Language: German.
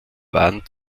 waren